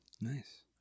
nice